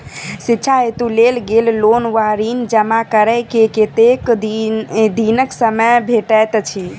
शिक्षा हेतु लेल गेल लोन वा ऋण जमा करै केँ कतेक दिनक समय भेटैत अछि?